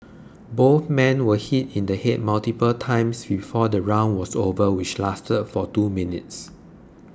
both men were hit in the head multiple times before the round was over which lasted for two minutes